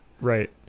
Right